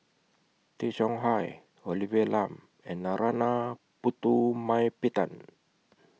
Tay Chong Hai Olivia Lum and Narana Putumaippittan